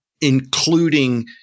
including